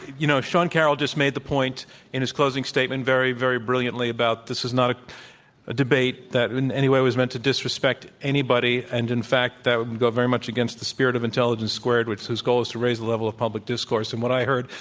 you know, sean caroll just made the point in his closing statement very, very brilliantly, about this is not a debate that in any way was meant to disrespect anybody. and in fact, that would go very much against the spirit of intelligence squared, which it's goal is to raise the level of public discourse. and what i heard,